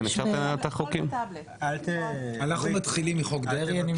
אנחנו מתחילים מחוק דרעי?